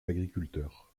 agriculteur